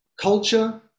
culture